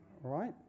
right